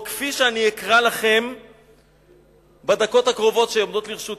או כפי שאני אקרא לכם בדקות הקרובות שעומדות לרשותי.